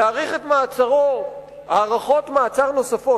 להאריך את מעצרו הארכות מעצר נוספות,